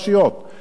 אבל כשאתה באמת,